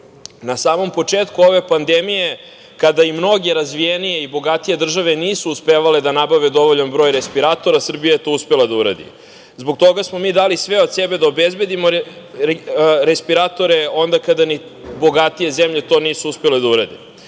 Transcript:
Na samom početku ove pandemije, kada i mnoge razvijenije i bogatije države nisu uspevale da nabave dovoljan broj respiratora, Srbija je to uspela da uradi. Zbog toga smo dali sve od sebe da obezbedimo respiratore onda kada ni bogatije zemlje to nisu uspele da urade.